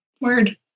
Word